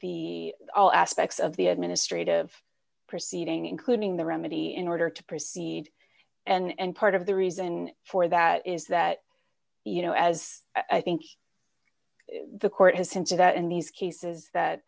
the all aspects of the administrative proceeding including the remedy in order to proceed and part of the reason for that is that you know as i think the court has hinted at in these cases that